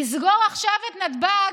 לסגור עכשיו את נתב"ג,